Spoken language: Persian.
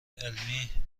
علمی